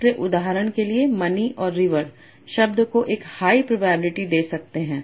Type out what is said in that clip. इसलिए उदाहरण के लिए मनी और रिवर शब्द को एक हाई प्रोबेबिलिटी दे सकते हैं